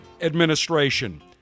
administration